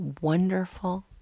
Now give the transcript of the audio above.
wonderful